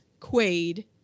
Quaid